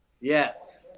Yes